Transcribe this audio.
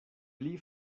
pli